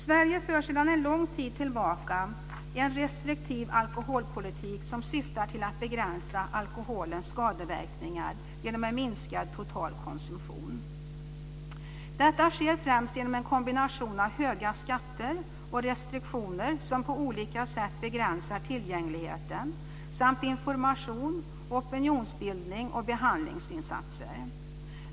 Sverige för sedan en lång tid tillbaka en restriktiv alkoholpolitik som syftar till att begränsa alkoholens skadeverkningar genom en minskad totalkonsumtion. Detta sker främst genom en kombination av höga skatter och restriktioner som på olika sätt begränsar tillgängligheten samt genom information, opinionsbildning och behandlingsinsatser.